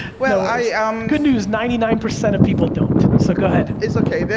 well, i. um good news, ninety nine percent of people don't, so, go ahead. it's okay,